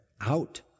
out